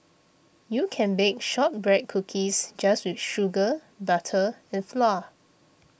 you can bake Shortbread Cookies just with sugar butter and flour